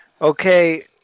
okay